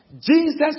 Jesus